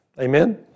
Amen